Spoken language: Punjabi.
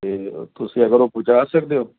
ਅਤੇ ਤੁਸੀਂ ਅਗਰ ਉਹ ਪੁਜਾ ਸਕਦੇ ਹੋ